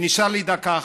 נשארה לי דקה אחת.